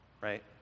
Right